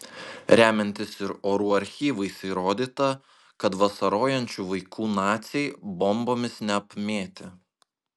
remiantis ir orų archyvais įrodyta kad vasarojančių vaikų naciai bombomis neapmėtė